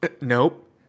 nope